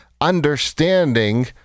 understanding